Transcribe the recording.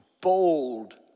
bold